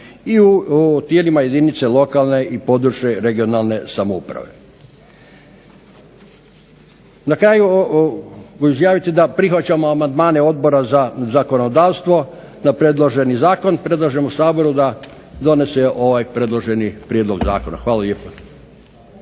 i u tijelima jedinica lokalne i područne regionalne samouprave. Na kraju mogu izjaviti da prihvaćamo amandmane Odbora za zakonodavstvo da predloženi zakon predlažemo u Saboru da donese ovaj predloženi prijedlog zakona. Hvala lijepo.